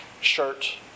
shirt